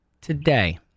today